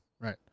Right